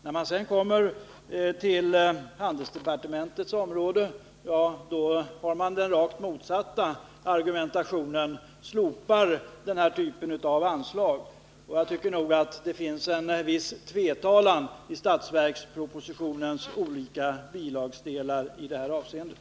När vi sedan kommer till handelsdepartementets område finner vi där det rakt motsatta resonemanget, nämligen att den typen av anslag skall slopas. Jag tycker nog att det finns en viss tvetalan i budgetpropositionens olika bilagedelar i det här avseendet.